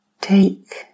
Take